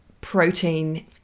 protein